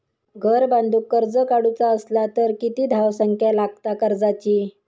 घर बांधूक कर्ज काढूचा असला तर किती धावसंख्या लागता कर्जाची?